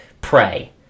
pray